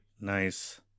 Nice